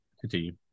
Continue